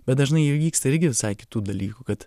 bet dažnai įvyksta irgi visai kitų dalykų kad